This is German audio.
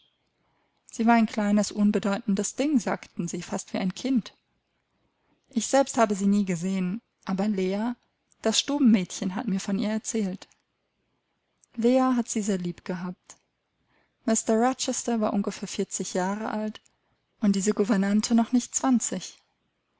sie war ein kleines unbedeutendes ding sagten sie fast wie ein kind ich selbst habe sie nie gesehen aber leah das stubenmädchen hat mir von ihr er zählt leah hat sie sehr lieb gehabt mr rochester war ungefähr vierzig jahre alt und diese gouvernante noch nicht zwanzig